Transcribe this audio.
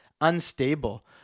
unstable